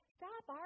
stop